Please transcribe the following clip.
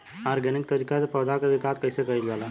Organic तरीका से पौधा क विकास कइसे कईल जाला?